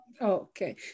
Okay